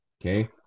Okay